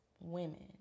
women